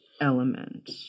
element